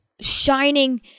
shining